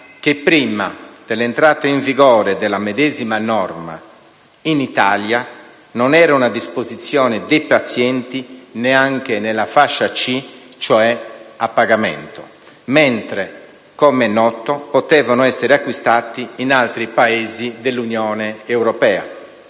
che, prima dell'entrata in vigore della medesima norma in Italia, non erano a disposizione dei pazienti neanche nella fascia C, cioè a pagamento, mentre - come è noto - potevano essere acquistati in altri Paesi dell'Unione europea.